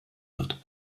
wird